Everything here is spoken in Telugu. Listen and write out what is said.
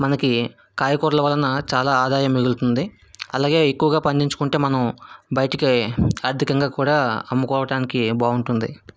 మనకి కాయకూరల వలన చాలా ఆదాయం మిగులుతుంది అలాగే ఎక్కువగా పండించుకుంటే మనం బయటికి ఆర్థికంగా కూడా అమ్ముకోవడానికి బాగుంటుంది